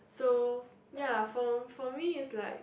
so ya for for me is like